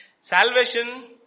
Salvation